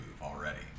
already